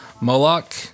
Moloch